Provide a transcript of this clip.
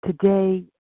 Today